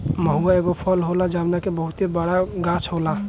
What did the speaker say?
महुवा एगो फल होला जवना के बहुते बड़ गाछ होला